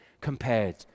compared